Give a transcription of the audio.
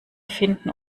finden